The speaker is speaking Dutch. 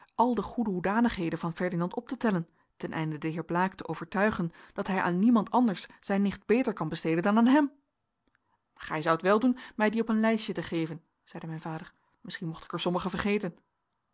al de goede hoedanigheden van ferdinand op te tellen ten einde den heer blaek te overtuigen dat hij aan niemand anders zijn nicht beter kan besteden dan aan hem gij zoudt weldoen mij die op een lijstje te geven zeide mijn vader misschien mocht ik er sommige vergeten